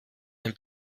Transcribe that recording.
ein